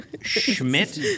Schmidt